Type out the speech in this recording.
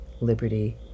liberty